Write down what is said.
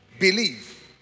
believe